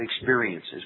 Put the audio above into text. experiences